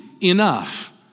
enough